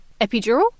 epidural